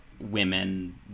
women